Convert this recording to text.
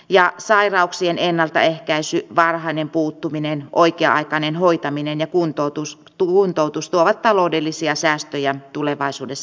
ja sairauksien ennaltaehkäisy varhainen puuttuminen oikea aikainen hoitaminen ja kuntoutus tuon tutustua taloudellisia säästöjä tulevaisuudes